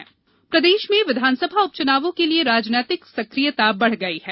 उपचुनाव प्रदेश में विधानसभा उपचुनावों के लिये राजनीतिक सक्रियता बढ़ रही है